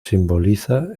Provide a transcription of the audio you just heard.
simboliza